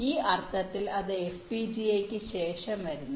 ഈ അർത്ഥത്തിൽ അത് FPGA യ്ക്ക് ശേഷം വരുന്നു